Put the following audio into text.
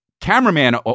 cameraman